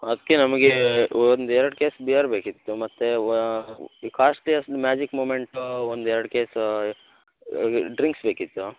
ಅದಕ್ಕೆ ನಮಗೆ ಒಂದು ಎರಡು ಕೇಸ್ ಬಿಯರ್ ಬೇಕಿತ್ತು ಮತ್ತು ವ ಕಾಸ್ಟ್ಲಿಯೆಸ್ಟ್ ಮ್ಯಾಜಿಕ್ ಮುಮೆಂಟೋ ಒಂದು ಎರಡು ಕೇಸೂ ಡ್ರಿಂಕ್ಸ್ ಬೇಕಿತ್ತು